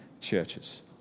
churches